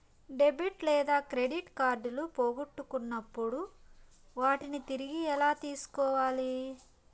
debit లేదా credit కార్డులు పోగొట్టుకున్నప్పుడు వాటిని తిరిగి ఎలా తీసుకోవాలి